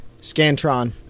Scantron